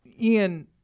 Ian